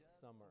summer